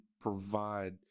provide